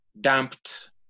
dumped